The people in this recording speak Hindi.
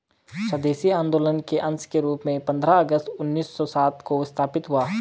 स्वदेशी आंदोलन के अंश के रूप में पंद्रह अगस्त उन्नीस सौ सात को स्थापित हुआ